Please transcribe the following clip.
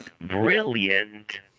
Brilliant